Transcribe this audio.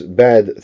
bad